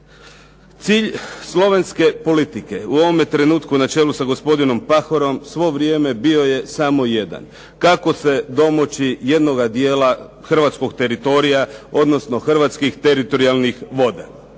Cilj slovenske politike u ovome trenutku na čelu sa gospodinom Pahorom svo vrijeme bio je samo jedan, kako se domoći jednoga dijela hrvatskog teritorija odnosno hrvatskih teritorijalnih voda.